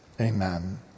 Amen